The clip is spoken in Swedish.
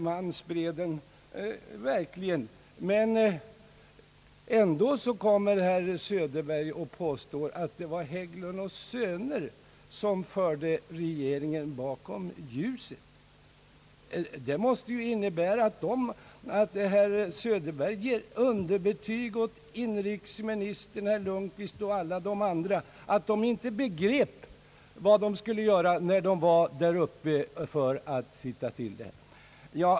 Man spred verkligen ljus, men ändå påstår herr Söderberg nu att Hägglund & söner förde regeringen bakom ljuset. Det måste ju innebära att herr Söderberg ger underbetyg åt inrikesministern, statsrådet Lundkvist och alla de andra, eftersom de inte begrep vad de skulle göra när de var där uppe för att undersöka förhållandena.